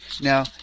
Now